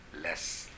less